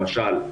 למשל,